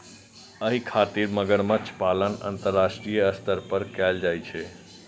एहि खातिर मगरमच्छ पालन अंतरराष्ट्रीय स्तर पर कैल जाइ छै